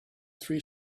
three